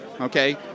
okay